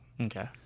Okay